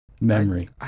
memory